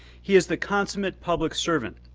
he is the consummate public servant.